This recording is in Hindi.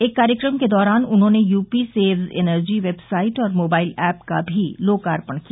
एक कार्यक्रम के दौरान उन्होंने यूपीसेव्स इंनर्जी वेबसाइट और मोबाइल ऐप का भी लोकार्पण किया